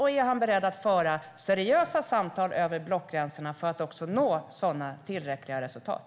Och är han beredd att föra seriösa samtal över blockgränserna för att nå tillräckliga resultat?